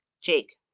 Jake